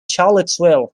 charlottesville